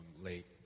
late